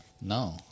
No